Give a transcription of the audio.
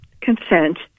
consent